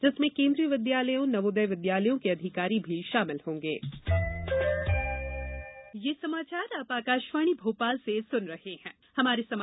जिसमें केन्द्रीय विद्यालयों नवोदय विद्यालयों के अधिकारी भी शामिल होंगे